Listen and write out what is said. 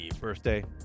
Birthday